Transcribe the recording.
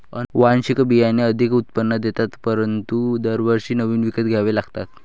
अनुवांशिक बियाणे अधिक उत्पादन देतात परंतु दरवर्षी नवीन विकत घ्यावे लागतात